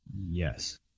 Yes